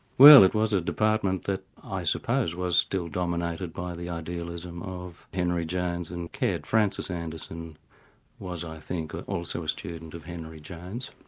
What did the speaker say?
well it was a department that i suppose was still dominated by the idealism of henry james and caird. francis anderson was i think also a student of henry james,